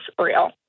real